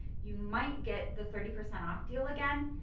you might get the thirty percent off deal again,